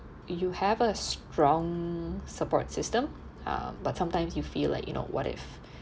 you have a strong support system um but sometimes you feel like you know what if